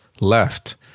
left